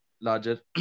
larger